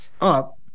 up